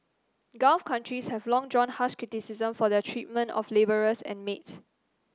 gulf countries have long drawn harsh criticism for their treatment of labourers and maids